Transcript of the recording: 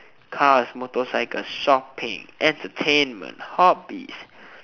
cars motorcycle shopping entertainment hobbies